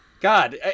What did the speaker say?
God